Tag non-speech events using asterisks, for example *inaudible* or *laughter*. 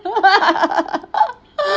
*laughs*